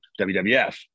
WWF